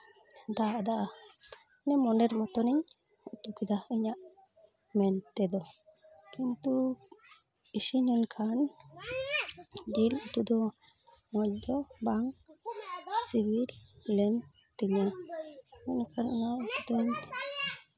ᱫᱟᱜ ᱟᱫᱟ ᱢᱟᱱᱮ ᱢᱚᱱᱮᱨ ᱢᱚᱛᱚᱱ ᱤᱧ ᱩᱛᱩ ᱠᱮᱫᱟ ᱤᱧᱟᱹᱜ ᱢᱮᱱ ᱛᱮᱫᱚ ᱠᱤᱱᱛᱩ ᱤᱥᱤᱱ ᱮᱱᱠᱷᱟᱱ ᱡᱤᱞ ᱩᱛᱩ ᱫᱚ ᱢᱚᱡᱽ ᱫᱚ ᱵᱟᱝ ᱥᱤᱵᱤᱞ ᱞᱮᱱ ᱛᱤᱧᱟ ᱚᱱᱠᱟᱱᱟᱜ ᱫᱚ ᱚᱱᱟ ᱛᱮᱫᱚ